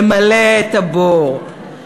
למלא את הבור.